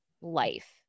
life